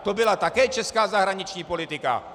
To byla také česká zahraniční politika.